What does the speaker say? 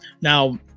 Now